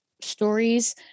stories